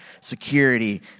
security